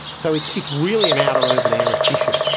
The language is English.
so it's it's really an outer urban area issue.